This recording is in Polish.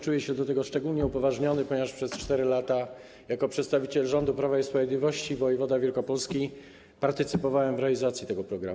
Czuję się do tego szczególnie upoważniony, ponieważ przez 4 lata jako przedstawiciel rządu Prawa i Sprawiedliwości, wojewoda wielkopolski partycypowałem w realizacji tego programu.